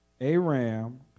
Aram